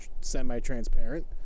semi-transparent